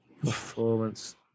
Performance